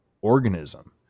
organism